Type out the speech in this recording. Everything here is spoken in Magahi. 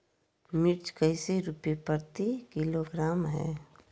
मिर्च कैसे रुपए प्रति किलोग्राम है?